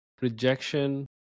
rejection